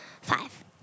Five